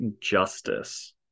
Justice